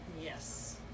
Yes